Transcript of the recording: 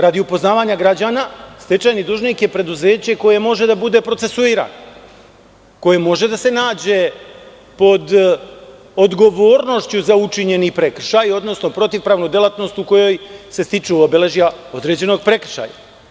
Radi upoznavanja građana, stečajni dužnik je preduzeće koje može da bude procesuirano, koje može da se nađe pod odgovornošću za učinjeni prekršaj, odnosno protivpravnu delatnost u kojoj se stiču obeležja određenog prekršaja.